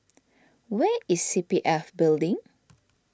where is C P F Building